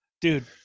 dude